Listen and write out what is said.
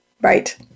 Right